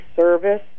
Service